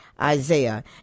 Isaiah